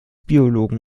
biologen